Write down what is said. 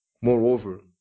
Moreover